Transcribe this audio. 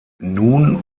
nun